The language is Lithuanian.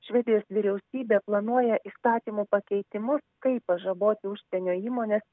švedijos vyriausybė planuoja įstatymų pakeitimus kaip pažaboti užsienio įmones